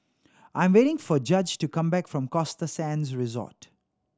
I am waiting for Judge to come back from Costa Sands Resort